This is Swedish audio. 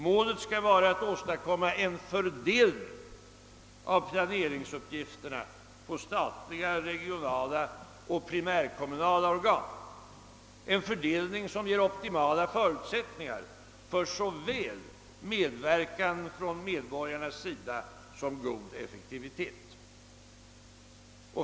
Målet skall vara att åstadkomma en fördelning av planeringsuppgifterna på statliga, regionala och primärkommunala organ, en fördelning som ger optimala förutsättningar för såväl medverkan från medborgarnas sida som god effektivitet.